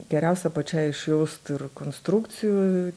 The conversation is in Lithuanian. geriausia pačiai išjaust ir konstrukcijų